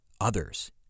others